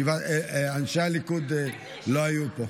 אנשי הליכוד לא היו פה,